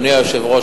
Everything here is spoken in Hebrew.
אדוני היושב-ראש,